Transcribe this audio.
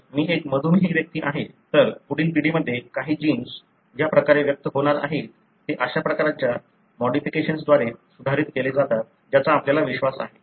जर मी एक मधुमेही व्यक्ती आहे तर पुढील पिढीमध्ये काही जीन्स ज्या प्रकारे व्यक्त होणार आहेत ते अशा प्रकारच्या मॉडिफिकेशनद्वारे सुधारित केले जातात ज्याचा आपल्याला विश्वास आहे